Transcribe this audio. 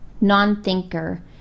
non-thinker